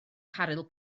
caryl